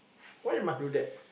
why must do that